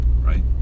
right